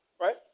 right